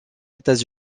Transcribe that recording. états